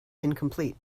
incomplete